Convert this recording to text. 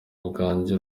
bwanjye